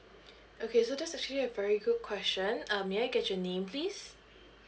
okay so that's actually a very good question um may I get your name please